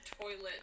toilet